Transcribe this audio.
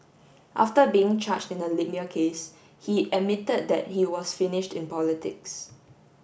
after being charged in the Libya case he admitted that he was finished in politics